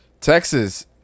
Texas